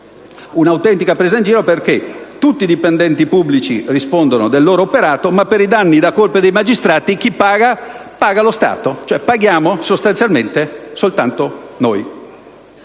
un'autentica presa in giro, perché, mentre tutti i dipendenti pubblici rispondono del loro operato, per i danni da colpa dei magistrati, chi paga? Paga lo Stato, cioè paghiamo, sostanzialmente, soltanto noi.